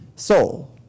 soul